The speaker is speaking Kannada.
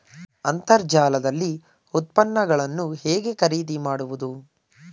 ಅಂತರ್ಜಾಲದಲ್ಲಿ ಉತ್ಪನ್ನಗಳನ್ನು ಹೇಗೆ ಖರೀದಿ ಮಾಡುವುದು?